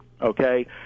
Okay